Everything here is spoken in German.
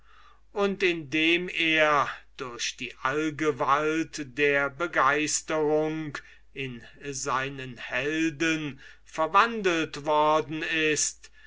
und indem er durch die allgewalt der begeisterung in seinen helden verwandelt worden ist